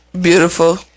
Beautiful